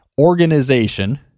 organization